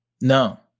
No